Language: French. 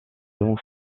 long